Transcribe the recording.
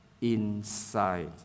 inside